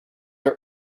are